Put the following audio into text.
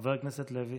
חבר הכנסת לוי,